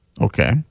Okay